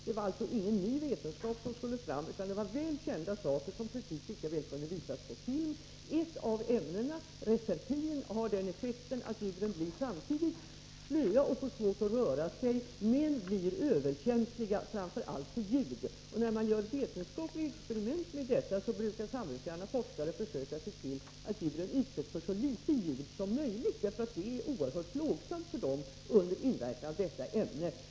Det var alltså ingen ny vetenskap som skulle fram, utan det var väl kända saker, som precis lika väl kunde visas på film. Ett av ämnena, reserpin, har den effekten att mössen blir slöa och får svårt att röra sig. Men de blir också överkänsliga för ljud. När man gör vetenskapliga experiment med detta ämne brukar samvetsgranna forskare försöka se till att djuren utsätts för så litet ljud som möjligt, eftersom ljud är oerhört plågsamma för djuren under inverkan av detta ämne.